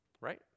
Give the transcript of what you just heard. right